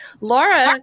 Laura